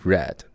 Red